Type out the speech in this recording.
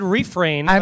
refrain